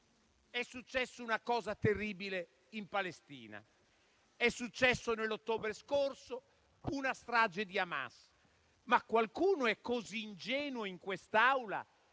È successa una cosa terribile in Palestina. È successa nell'ottobre scorso una strage di Hamas. Qualcuno è così ingenuo in quest'Aula